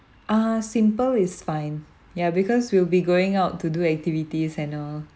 uh simple is fine ya because we'll be going out to do activities and all